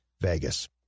Vegas